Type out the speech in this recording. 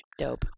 Dope